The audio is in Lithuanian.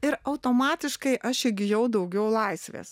ir automatiškai aš įgijau daugiau laisvės